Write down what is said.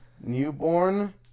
Newborn